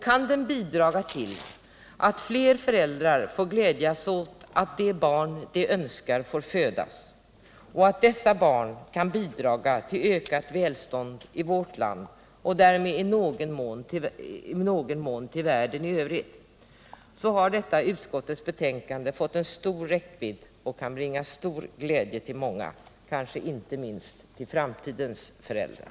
Kan detta bidra till att fler föräldrar får glädjas åt att de barn de önskar får födas och att dessa barn kan bidra till ökat välstånd i vårt land och därmed i någon mån i världen i övrigt, då har utskottets betänkande fått en stor räckvidd och kan bringa stor glädje till många, kanske inte minst till framtidens föräldrar.